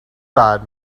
side